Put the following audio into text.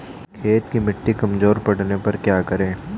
खेत की मिटी कमजोर पड़ने पर क्या करें?